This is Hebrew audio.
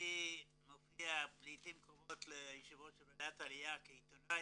אני מופיע לעתים קרובות בישיבות של ועדת העלייה כעיתונאי,